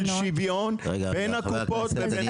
של שוויון בין הקופות -- רגע,